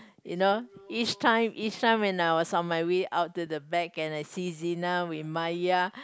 you know each time each time when I was on my way out to the back and I see Zyan with Mya